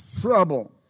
Trouble